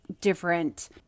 different